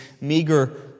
meager